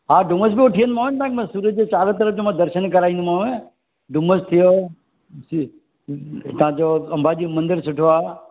हा डुमस भी वठी वेंदो वाम न मां तव्हांखे सूरत ॼे चारो तरफ ॼा दर्शन कराइंदो मांव डुमस थियो हितां जो अम्बा जी मंदिर सुठो आ